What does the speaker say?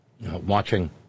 watching